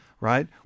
right